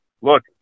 Look